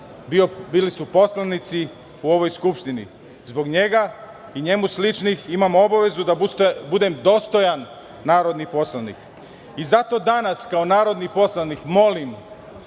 bili su poslanici u ovoj Skupštini. Zbog njega i njemu sličnih, imam obavezu da budem dostajan narodni poslanik. Zato danas kao narodni poslanik molim